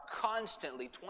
constantly